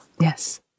Yes